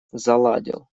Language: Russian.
заладил